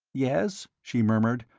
yes? she murmured,